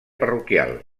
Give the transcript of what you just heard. parroquial